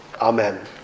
Amen